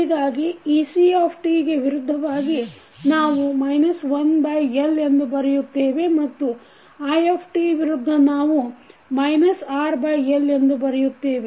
ಹೀಗಾಗಿ ect ಗೆ ವಿರುದ್ಧವಾಗಿ ನಾವು 1L ಎಂದು ಬರೆಯುತ್ತೇವೆ ಮತ್ತು i ವಿರುದ್ಧ ನಾವು RL ಎಂದು ಬರೆಯುತ್ತೇವೆ